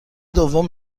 دوم